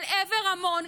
אל עבר המון,